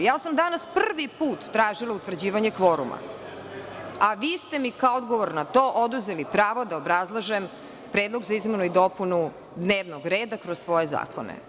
Danas sam prvi put tražila utvrđivanje kvoruma, a vi ste mi kao odgovor na to oduzeli pravo da obrazlažem predlog za izmenu i dopunu dnevnog reda kroz svoje zakone.